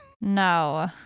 No